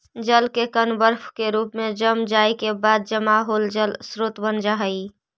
जल के कण बर्फ के रूप में जम जाए के बाद जमा होल जल स्रोत बन जा हई